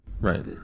Right